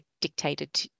dictated